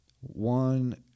one